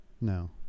No